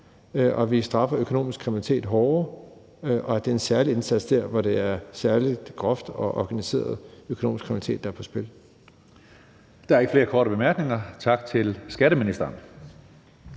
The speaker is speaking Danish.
og at vi straffer økonomisk kriminalitet hårdere, og at det er en særlig indsats der, hvor det er særlig grov og organiseret økonomisk kriminalitet, der er på spil. Kl. 15:01 Tredje næstformand (Karsten Hønge): Der er ikke flere korte bemærkninger. Tak til skatteministeren.